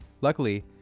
Luckily